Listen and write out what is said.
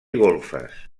golfes